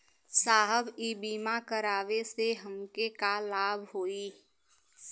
साहब इ बीमा करावे से हमके का लाभ होई?